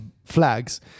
flags